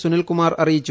സുനിൽ കുമാർ അറിയിച്ചു